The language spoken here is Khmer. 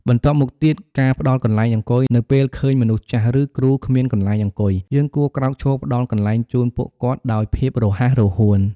បន្ទាប់មកទៀត ការផ្ដល់កន្លែងអង្គុយ នៅពេលឃើញមនុស្សចាស់ ឬគ្រូគ្មានកន្លែងអង្គុយ យើងគួរក្រោកឈរផ្ដល់កន្លែងជូនពួកគាត់ដោយភាពរហ័សរហួន។